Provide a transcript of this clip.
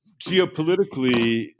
geopolitically